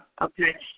Okay